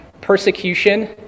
persecution